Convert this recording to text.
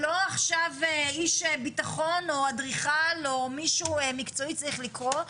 שלא עכשיו איש ביטחון או אדריכל או מישהו מקצועי צריך לקרוא.